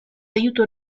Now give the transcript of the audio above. aiuto